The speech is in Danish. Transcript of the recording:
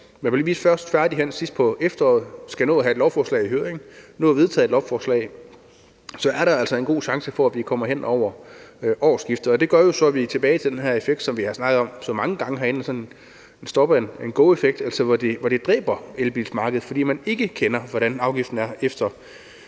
Men når det muligvis først er færdigt sidst på efteråret og vi skal nå at have et lovforslag i høring og nå at vedtage et lovforslag, så er der altså en god chance for, at vi kommer hen over årsskiftet, og det gør jo så, at vi er tilbage ved den her effekt, som vi har snakket om så mange gange herinde, altså sådan en stop-go-effekt, hvor det dræber elbilmarkedet, fordi man ikke kender til, hvordan afgiften er efter